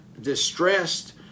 distressed